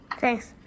Thanks